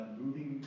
moving